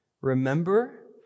Remember